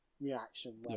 reaction